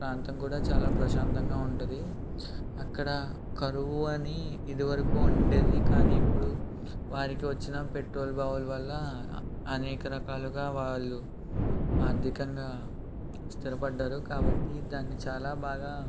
ప్రాంతం కూడా చాలా ప్రశాంతంగా ఉంటుంది అక్కడ కరువు అని ఇది వరకు ఉండేది కానీ ఇప్పుడు వారికి వచ్చిన పెట్రోల్ బావుల వల్ల అనేక రకాలుగా వాళ్ళు ఆర్థికంగా స్థిరపడ్డారు కాబట్టి దాన్ని చాలా బాగా